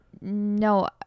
No